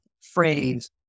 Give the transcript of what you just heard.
phrase